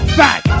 back